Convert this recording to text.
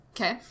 Okay